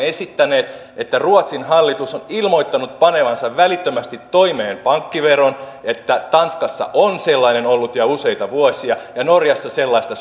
esittäneet että ruotsin hallitus on ilmoittanut panevansa välittömästi toimeen pankkiveron että tanskassa on sellainen ollut jo useita vuosia ja norjassa sellaista